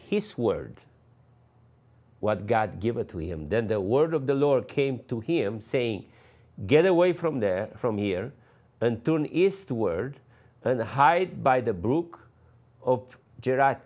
his word what god give it to him then the word of the lord came to him saying get away from there from here and tunis the word and hide by the brook of ju